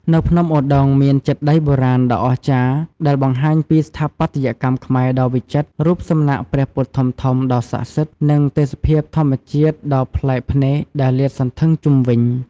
នៅភ្នំឧដុង្គ មានចេតិយបុរាណដ៏អស្ចារ្យដែលបង្ហាញពីស្ថាបត្យកម្មខ្មែរដ៏វិចិត្រ រូបសំណាកព្រះពុទ្ធធំៗដ៏ស័ក្តិសិទ្ធិ និងទេសភាពធម្មជាតិដ៏ប្លែកភ្នែកដែលលាតសន្ធឹងជុំវិញ។